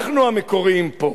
אנחנו המקוריים פה.